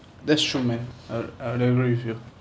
that's true man I would I would agree with you